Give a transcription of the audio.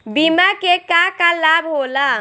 बिमा के का का लाभ होला?